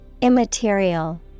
Immaterial